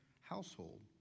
household